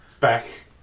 Back